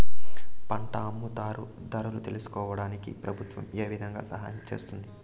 పంట అమ్ముతారు ధరలు తెలుసుకోవడానికి ప్రభుత్వం ఏ విధంగా సహాయం చేస్తుంది?